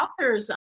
authors